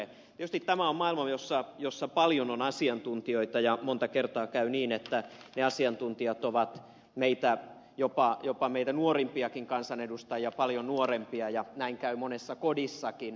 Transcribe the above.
tietysti tämä on maailma jossa paljon on asiantuntijoita ja monta kertaa käy niin että ne asiantuntijat ovat jopa meitä nuorimpiakin kansanedustajia paljon nuorempia ja näin käy monessa kodissakin